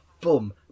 boom